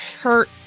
hurt